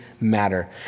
matter